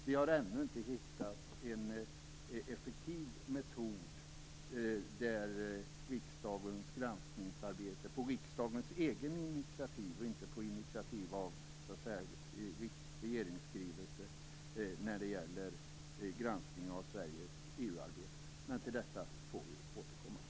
Vi har ännu inte hittat en effektiv metod för granskning av Sveriges EU-arbete, där riksdagens granskningsarbete sker på riksdagens eget initiativ och inte på initiativ av en regeringsskrivelse. Men till detta får vi återkomma.